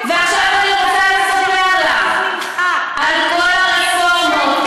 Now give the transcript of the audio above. ועכשיו אני רוצה לספר לך על כל הרפורמות,